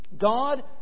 God